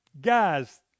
guys